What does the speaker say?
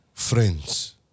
friends